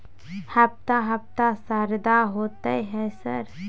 हफ्ता हफ्ता शरदा होतय है सर?